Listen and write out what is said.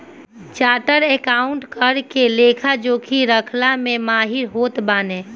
chartered accountant कर के लेखा जोखा रखला में माहिर होत बाने